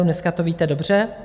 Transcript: Dneska to víte dobře.